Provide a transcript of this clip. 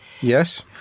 Yes